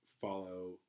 follow